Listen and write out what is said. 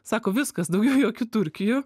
sako viskas daugiau jokių turkijų